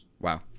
Wow